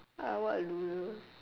ah what a loser